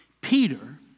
Peter